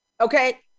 okay